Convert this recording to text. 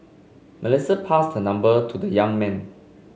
Melissa passed her number to the young man